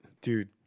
Dude